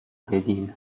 بدین